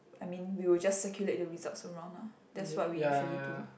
I mean we will just circulate the results around lah that's what we usually do